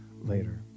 later